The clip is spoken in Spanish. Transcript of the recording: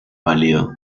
pálido